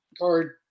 Card